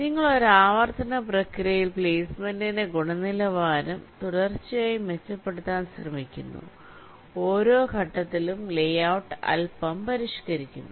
നിങ്ങൾ ഒരു ആവർത്തന പ്രക്രിയയിൽ പ്ലെയ്സ്മെന്റിന്റെ ഗുണനിലവാരം തുടർച്ചയായി മെച്ചപ്പെടുത്താൻ ശ്രമിക്കുന്നു ഓരോ ഘട്ടത്തിലും ലെ ഔട്ട് അൽപ്പം പരിഷ്ക്കരിക്കുന്നു